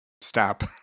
stop